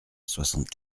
soixante